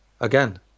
Again